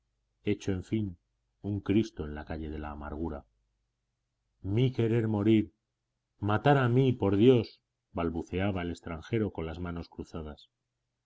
hecho en fin un cristo en la calle de la amargura mí querer morir matar a mí por dios balbuceaba el extranjero con las manos cruzadas